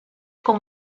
com